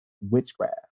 witchcraft